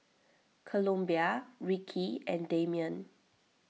Columbia Rickie and Dameon